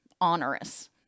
onerous